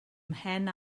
mhen